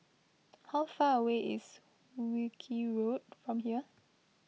how far away is Wilkie Road from here